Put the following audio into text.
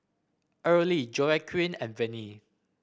Early Joaquin and Venie